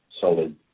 solid